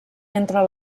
entre